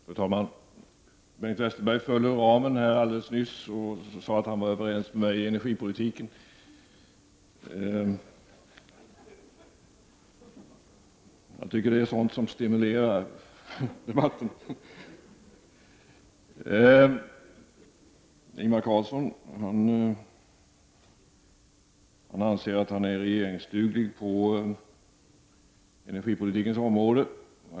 Fru talman! Bengt Westerberg föll ur ramen alldeles nyss och sade att han var överens med mig i energipolitiken. Jag tycker att det är sådant som stimulerar debatten. Ingvar Carlsson anser att han är regeringsduglig på energipolitikens område.